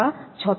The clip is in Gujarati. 6 છે